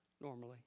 normally